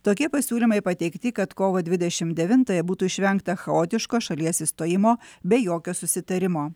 tokie pasiūlymai pateikti kad kovo dvidešim devintąją būtų išvengta chaotiško šalies išstojimo be jokio susitarimo